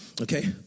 okay